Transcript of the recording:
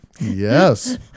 Yes